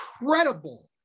incredible